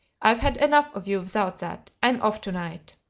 i've had enough of you without that. i'm off to-night.